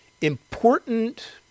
important